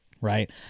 right